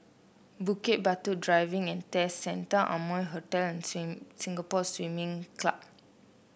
Bukit Batok Driving And Test Centre Amoy Hotel and Sing Singapore Swimming Club